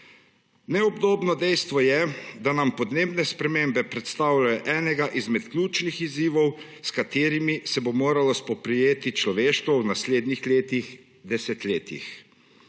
Neobhodno dejstvo je, da nam podnebne spremembe predstavljajo enega izmed ključnih izzivov, s katerimi se bo moralo spoprijeti človeštvo v naslednjih letih, desetletjih.